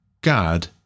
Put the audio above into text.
God